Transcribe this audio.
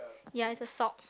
ya it's a sock